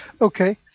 Okay